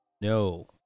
No